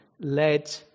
led